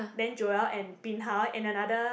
then Joel and bin hao and another